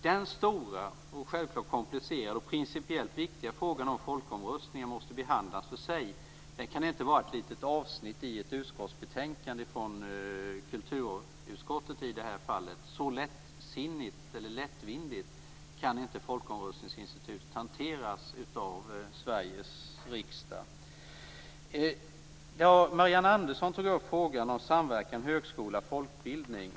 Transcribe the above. Den stora och självfallet komplicerade och principiellt viktiga frågan om folkomröstningar måste behandlas för sig. Den kan inte vara ett litet avsnitt i ett betänkande, i det här fallet från kulturutskottet. Så lättvindigt kan inte folkomröstningsinstitutet hanteras av Sveriges riksdag. Marianne Andersson tog upp frågan om samverkan högskola-folkbildning.